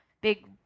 big